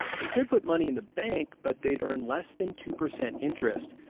they could put money in the bank, but they'd earn less than two percent interest.